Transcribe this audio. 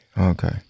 Okay